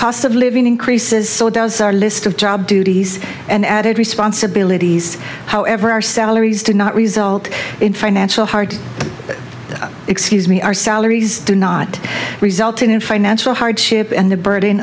cost of living increases so does our list of job duties and added responsibilities however our salaries do not result in financial hard excuse me our salaries do not result in financial hardship and the burden